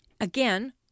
again